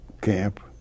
camp